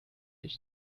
ich